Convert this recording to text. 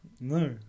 No